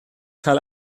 cael